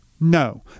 No